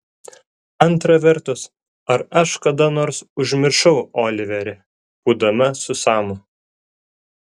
antra vertus ar aš kada nors užmiršau oliverį būdama su samu